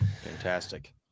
fantastic